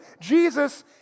Jesus